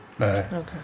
Okay